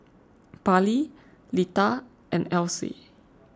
Parley Lita and Else